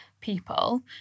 people